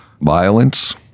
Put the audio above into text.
violence